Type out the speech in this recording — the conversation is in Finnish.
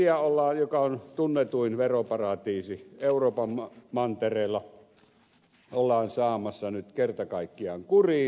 sveitsiä joka on tunnetuin veroparatiisi euroopan mantereella ollaan saamassa nyt kerta kaikkiaan kuriin